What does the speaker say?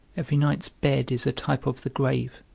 every night's bed is a type of the grave